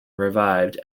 revived